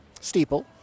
Steeple